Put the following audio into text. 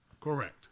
Correct